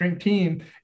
team